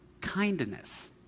kindness